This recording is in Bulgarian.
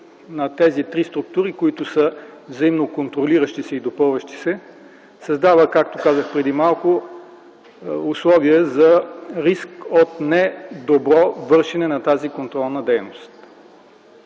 на тези три структури, които са взаимно контролиращи се и допълващи се, създава условия за риск от недобро вършене на тази контролна дейност.